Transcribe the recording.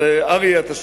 אריה אלדד,